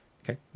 Okay